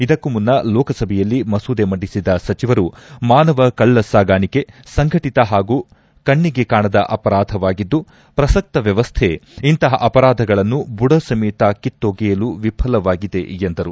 ಇದಕ್ಕೂ ಮುನ್ನ ಲೋಕಸಭೆಯಲ್ಲಿ ಮಸೂದೆ ಮಂಡಿಸಿದ ಸಚಿವರು ಮಾನವಕಳ್ಳ ಸಾಗಾಣಿಕೆ ಸಂಘಟಿತ ಪಾಗೂ ಕಣ್ಣಿಗೆ ಕಾಣದ ಅಪರಾಧವಾಗಿದ್ದು ಪ್ರಸಕ್ತ ವ್ಯವಸ್ಥೆ ಇಂತಹ ಅಪರಾಧಗಳನ್ನು ಬುಡಸಮೇತ ಕಿತ್ತೊಗೆಯಲು ವಿಫಲವಾಗಿದೆ ಎಂದರು